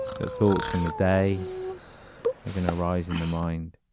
the thoughts from the day are going to arise in the mind.